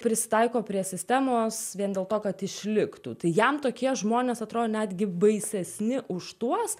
prisitaiko prie sistemos vien dėl to kad išliktų tai jam tokie žmonės atrodo netgi baisesni už tuos